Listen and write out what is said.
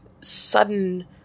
sudden